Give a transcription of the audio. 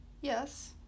yes